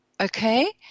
okay